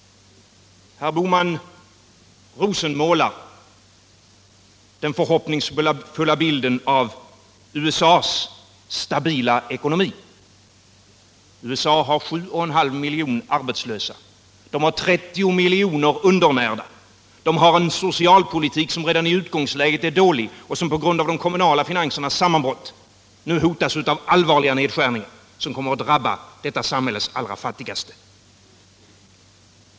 Herr Bohman rosenmålar den förhoppningsfulla bilden av USA:s stabila ekonomi. USA har 7,5 miljoner arbetslösa. Där finns 30 miljoner undernärda. Där förs en socialpolitik som redan i utgångsläget är dålig och som på grund av de kommunala finansernas sammanbrott nu hotas av allvarliga nedskärningar som kommer att drabba detta samhälles allra fattigaste.